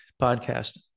podcast